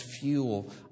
fuel